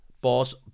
boss